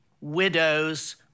widows